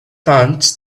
funds